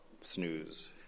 snooze